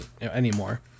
anymore